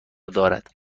دارد